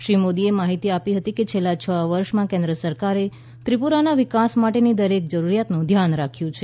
શ્રી મોદીએ માહિતી આપી હતી કે છેલ્લા છ વર્ષમાં કેન્દ્ર સરકારે ત્રિપુરાના વિકાસ માટેની દરેક જરૂરિયાતનું ધ્યાન રાખ્યું છે